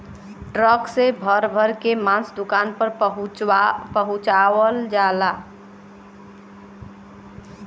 truck से भर भर के मांस दुकान पर पहुंचवाल जाला